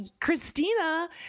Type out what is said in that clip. christina